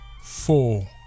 Four